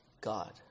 God